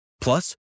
Plus